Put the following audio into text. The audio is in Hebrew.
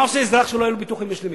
מה עושה אזרח שלא היו לו ביטוחים משלימים?